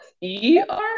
E-R